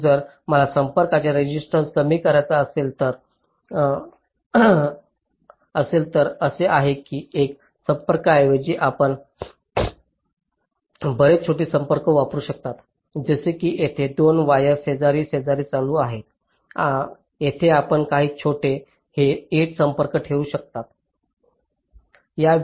तर जर मला संपर्कांचा रेसिस्टन्स कमी करायचा असेल तर ते असे आहे की एका संपर्काऐवजी आपण बरेच छोटे संपर्क वापरू शकता जसे की येथे 2 वायर्स शेजारी शेजारी चालू आहेत येथे आपण काही छोटे हे 8 संपर्क ठेवू शकता